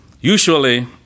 Usually